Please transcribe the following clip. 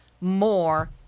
more